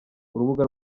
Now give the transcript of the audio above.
urubuga